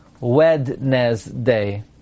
Wednesday